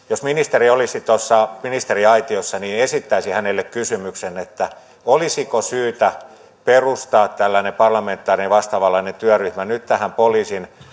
jos ministeri olisi tuossa ministeriaitiossa niin esittäisin hänelle kysymyksen olisiko syytä perustaa tällainen vastaavanlainen parlamentaarinen työryhmä nyt tähän poliisin